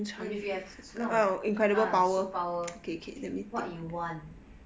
if you have 那种 ah superpower what you want